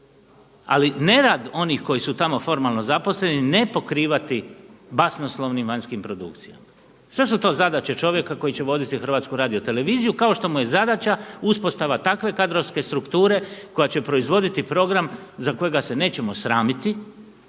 ali ne rad onih koji su tamo formalno zaposleni, ne pokrivati basnoslovnim vanjskim produkcijama. Sve su to zadaće čovjeka koji će voditi Hrvatsku radio televiziju kao što mu je zadaća uspostava takve kadrovske strukture koja će proizvoditi program za kojega se nećemo sramiti